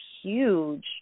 huge